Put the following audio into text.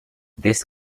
this